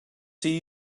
see